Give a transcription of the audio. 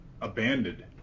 abandoned